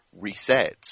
resets